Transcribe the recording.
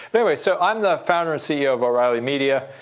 anyway, so i'm the founder and ceo of o'reilly media.